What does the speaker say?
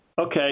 Okay